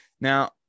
now